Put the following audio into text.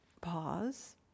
pause